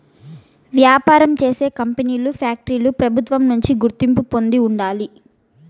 వ్యాపారం చేసే కంపెనీలు ఫ్యాక్టరీలు ప్రభుత్వం నుంచి గుర్తింపు పొంది ఉండాలి